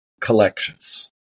collections